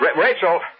Rachel